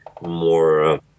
more